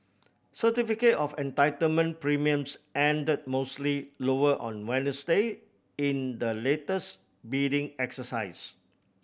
certificate of Entitlement premiums ended mostly lower on Wednesday in the latest bidding exercise